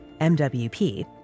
MWP